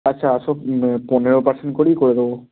আচ্ছা আসো পনেরো পার্সেন্ট করেই করে দেব